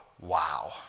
wow